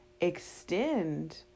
extend